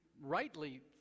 rightly